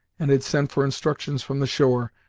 and had sent for instructions from the shore,